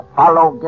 follow